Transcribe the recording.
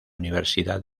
universidad